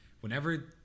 whenever